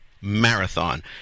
Marathon